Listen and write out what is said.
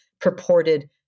purported